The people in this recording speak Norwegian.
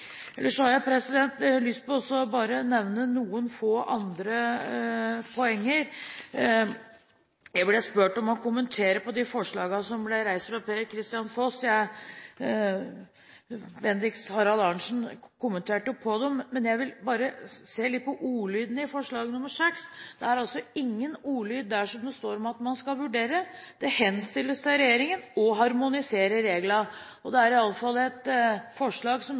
Ellers har jeg bare lyst til å nevne noen få andre poeng. Jeg ble spurt om å kommentere de forslagene som ble reist av Per-Kristian Foss. Bendiks H. Arnesen kommenterte dem, men jeg vil bare se litt på ordlyden i forslag nr. 6. Det er ingen ordlyd der hvor det står at man skal vurdere: «Det henstilles til regjeringen å harmonisere reglene.» Det er et forslag som